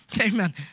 amen